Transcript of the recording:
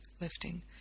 lifting